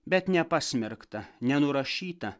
bet nepasmerktą nenurašytą